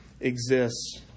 exists